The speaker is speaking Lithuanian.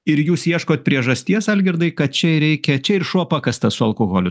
ir jūs ieškot priežasties algirdai kad čia reikia čia ir šuo pakastas su alkoholiu